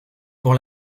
pour